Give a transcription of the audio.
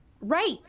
right